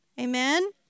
Amen